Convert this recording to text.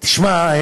תשמע,